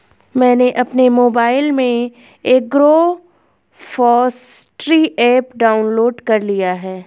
मैंने अपने मोबाइल में एग्रोफॉसट्री ऐप डाउनलोड कर लिया है